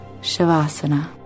Shavasana